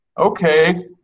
Okay